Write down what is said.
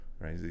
right